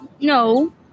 no